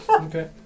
Okay